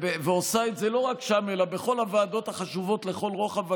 ועושה את זה לא רק שם אלא בכל הוועדות החשובות לכל רוחב הגזרה,